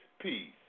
Peace